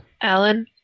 Alan